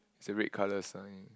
is a red colour sign